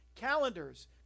calendars